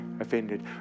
offended